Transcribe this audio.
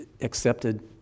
accepted